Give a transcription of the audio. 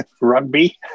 rugby